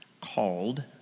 called